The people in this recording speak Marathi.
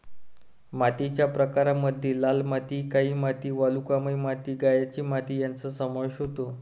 मातीच्या प्रकारांमध्ये लाल माती, काळी माती, वालुकामय माती, गाळाची माती यांचा समावेश होतो